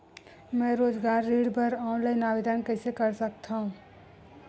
मैं रोजगार ऋण बर ऑनलाइन आवेदन कइसे कर सकथव?